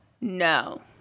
No